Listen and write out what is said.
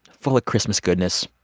full of christmas goodness.